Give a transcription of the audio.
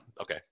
Okay